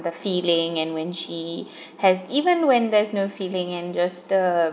the feeling and when she has even when there's no feeling and just the